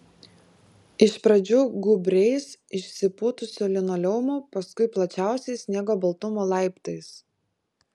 iš pradžių gūbriais išsipūtusiu linoleumu paskui plačiausiais sniego baltumo laiptais